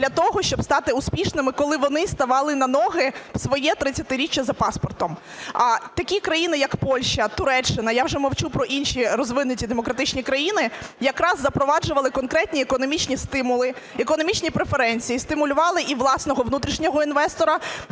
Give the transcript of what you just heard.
для того, щоб стати успішними, коли вони ставали на ноги в своє 30-річчя за паспортом. А такі країні як Польща, Туреччина, я вже мовчу про інші розвинуті демократичні країни, якраз запроваджували конкретні економічні стимули, економічні преференції, стимулювали і власного внутрішнього інвестора,